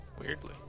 Weirdly